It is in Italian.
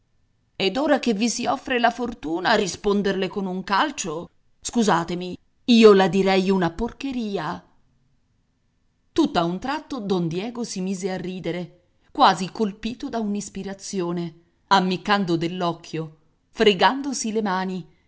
ed ora che vi si offre la fortuna risponderle con un calcio scusatemi io la direi una porcheria tutt'a un tratto don diego si mise a ridere quasi colpito da un'ispirazione ammiccando dell'occhio fregandosi le mani